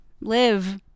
live